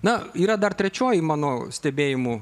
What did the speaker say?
na yra dar trečioji mano stebėjimų